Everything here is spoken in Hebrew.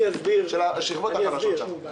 של השכבות החלשות שם?